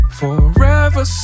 forever